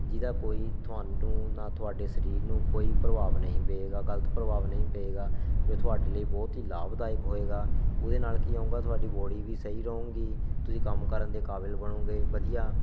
ਜਿਹਦਾ ਕੋਈ ਵੀ ਤੁਹਾਨੂੰ ਨਾ ਤੁਹਾਡੇ ਸਰੀਰ ਨੂੰ ਕੋਈ ਪ੍ਰਭਾਵ ਨਹੀਂ ਪਏਗਾ ਗਲਤ ਪ੍ਰਭਾਵ ਨਹੀਂ ਪਏਗਾ ਜੋ ਤੁਹਾਡੇ ਲਈ ਬਹੁਤ ਹੀ ਲਾਭਦਾਇਕ ਹੋਏਗਾ ਉਹਦੇ ਨਾਲ ਕੀ ਹੋਊਗਾ ਤੁਹਾਡੀ ਬੋਡੀ ਵੀ ਸਹੀ ਰਹੂਗੀ ਤੁਸੀਂ ਕੰਮ ਕਰਨ ਦੇ ਕਾਬਿਲ ਬਣੋਂਗੇ ਵਧੀਆ